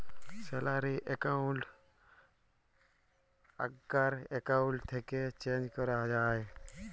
salary account আগ্কার account থ্যাকে change ক্যরা যায়